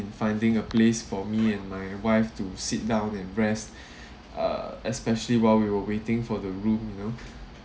in finding a place for me and my wife to sit down and rest uh especially while we were waiting for the room you know